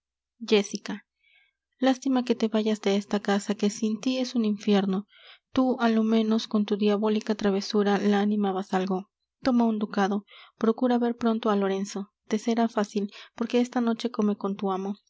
jéssica lástima que te vayas de esta casa que sin tí es un infierno tú á lo menos con tu diabólica travesura la animabas algo toma un ducado procura ver pronto á lorenzo te será fácil porque esta noche come con tu amo